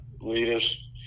leaders